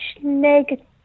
negative